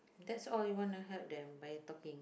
that's all you want to help them but you talking